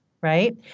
right